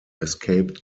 escaped